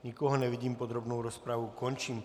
Nikoho nevidím, podrobnou rozpravu končím.